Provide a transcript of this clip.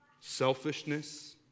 selfishness